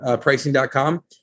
Pricing.com